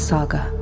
Saga